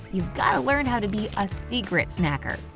you've gotta learn how to be a secret snacker.